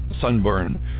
sunburn